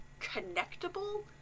connectable